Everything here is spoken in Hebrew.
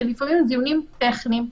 שלפעמים הם דיונים טכניים.